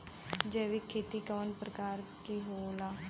जैविक खेती कव प्रकार के होला?